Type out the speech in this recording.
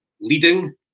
leading